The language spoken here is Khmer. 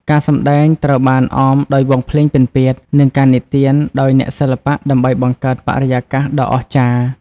ការសម្ដែងត្រូវបានអមដោយវង់ភ្លេងពិណពាទ្យ និងការនិទានដោយអ្នកសិល្បៈដើម្បីបង្កើតបរិយាកាសដ៏អស្ចារ្យ។